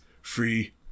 free